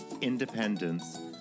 independence